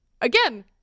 Again